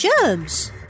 germs